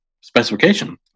specification